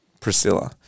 Priscilla